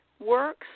works